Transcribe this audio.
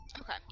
Okay